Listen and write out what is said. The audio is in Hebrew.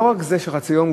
לא רק חצי יום,